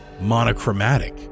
monochromatic